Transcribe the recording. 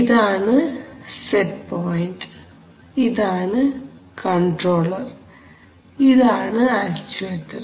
ഇതാണ് set point ഇതാണ് controller ഇതാണ് ആക്ചുവേറ്റർ